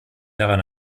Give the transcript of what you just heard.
daran